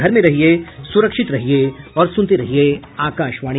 घर में रहिये सुरक्षित रहिये और सुनते रहिये आकाशवाणी